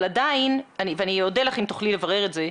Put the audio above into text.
אני אודה לך אם תוכלי לברר את זה.